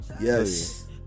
Yes